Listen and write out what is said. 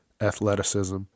Athleticism